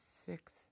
six